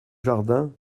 jardin